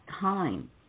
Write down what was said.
time